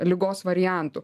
ligos variantu